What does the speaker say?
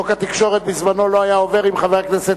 חוק התקשורת בזמנו לא היה עובר אם חבר הכנסת